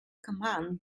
command